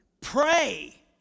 Pray